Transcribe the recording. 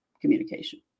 communication